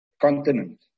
continent